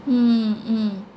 mm mm